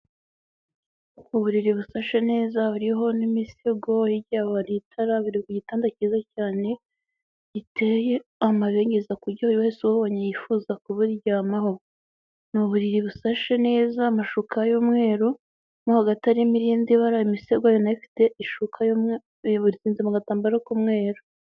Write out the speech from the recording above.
Uburiri busashe neza buriho n'imisego yirya yaho hari itara biri ku gitanda cyiza cyane giteye amabengeza ku buryo buri wese uwubonye yifuza kuburyamaho. Ni uburiri busashe neza, amashuka y'umweru, mo hagati harimo irindi bara, imisego yayo izinngazinze mu gatambaro kumweru.